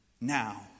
now